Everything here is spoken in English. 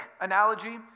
analogy